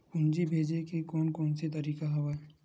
पूंजी भेजे के कोन कोन से तरीका हवय?